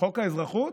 חוק האזרחות?